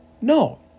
No